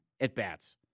at-bats